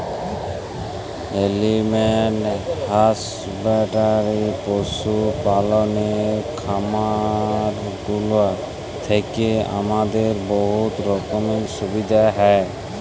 animal husbandry পশু পাললের খামারগুলা থ্যাইকে আমাদের বহুত রকমের সুবিধা হ্যয়